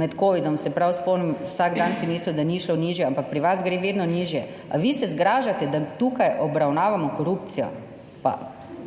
med covidom, se prav spomnim, vsak dan si mislil, da ni šlo nižje, ampak pri vas gre vedno nižje. A vi se zgražate, da tukaj obravnavamo korupcijo